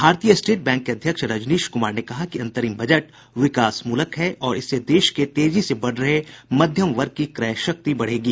भारतीय state bank के अध्यक्ष रजनीश कुमार ने कहा है कि अंतरिम बजट विकासमूलक है और इससे देश के तेजी से बढ़ रहे मध्यम वर्ग की क्रय शक्ति बढ़ेगी